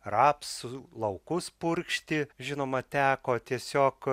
rapsų laukus purkšti žinoma teko tiesiog